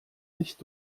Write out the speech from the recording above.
nicht